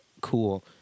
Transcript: cool